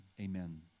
amen